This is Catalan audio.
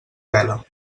vela